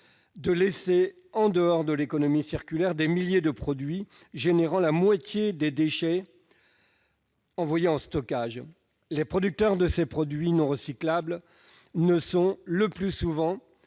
à laisser en dehors de l'économie circulaire des milliers de produits, à l'origine de la moitié des déchets envoyés en stockage. Les producteurs de ces produits non recyclables ne se sont, le plus souvent,